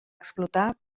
explotar